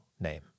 name